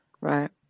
Right